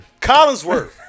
Collinsworth